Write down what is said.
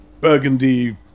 Burgundy